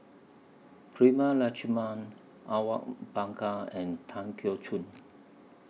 Prema Letchumanan Awang Bakar and Tan Keong Choon